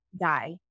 die